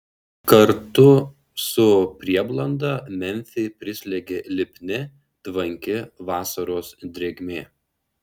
kartu su prieblanda memfį prislėgė lipni tvanki vasaros drėgmė